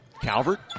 Calvert